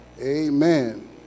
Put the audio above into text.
Amen